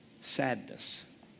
sadness